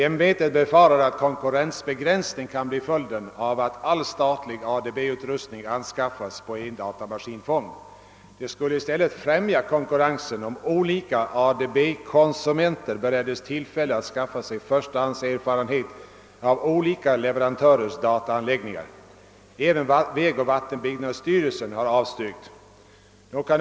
Ämbetet befarar att konkurrensbegränsning kan bli följden av att all statlig ADB-utrustning anskaffas via en datamaskinfond. Det skulle i stället främja konkurrensen, om olika ADB-konsumenter bereddes tillfälle att skaffa sig förstahandserfarenhet av skilda leverantörers dataanläggningar. Även vägoch vattenbyggnadsstyrelsen har avstyrkt en samordning.